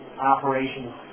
operations